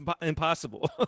impossible